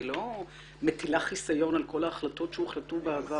היא לא מטילה חיסיון על כל ההחלטות שהוחלטו בעבר.